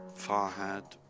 Farhad